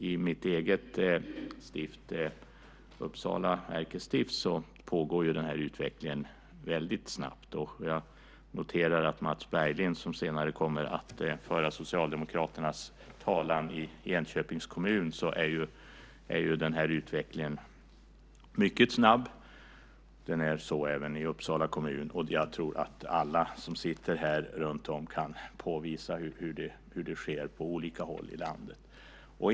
I mitt eget stift, Uppsala ärkestift, går denna utveckling väldigt snabbt. Jag noterar att Mats Berglind senare kommer att föra Socialdemokraternas talan, och i hans kommun Enköping är utvecklingen också mycket snabb. Jag tror att alla som sitter här runtom kan påvisa hur det här sker på olika håll i landet.